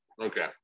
Okay